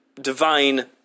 divine